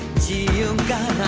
see you